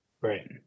Right